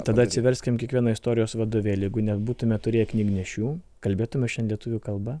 tada atsiverskim kiekvieną istorijos vadovėlį jeigu nebūtume turėję knygnešių kalbėtume šiandien lietuvių kalba